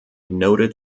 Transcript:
noted